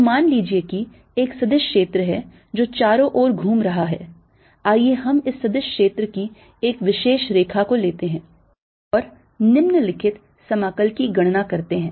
तो मान लीजिए कि एक सदिश क्षेत्र है जो चारों ओर घूम रहा है आइए हम इस सदिश क्षेत्र की एक विशेष रेखा को लेते हैं और निम्नलिखित समाकल की गणना करते हैं